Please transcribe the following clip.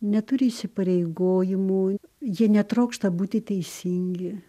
neturi įsipareigojimų jie netrokšta būti teisingi